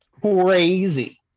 crazy